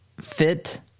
fit